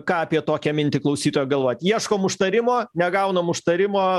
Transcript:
ką apie tokią mintį klausytojai galvojat ieškom užtarimo negaunam užtarimo